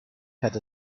had